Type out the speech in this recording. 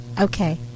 Okay